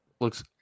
looks